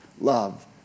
love